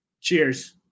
Cheers